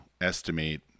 estimate